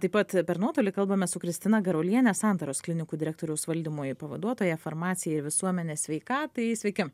taip pat per nuotolį kalbame su kristina garuoliene santaros klinikų direktoriaus valdymui pavaduotoja farmacijai ir visuomenės sveikatai sveiki